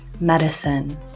medicine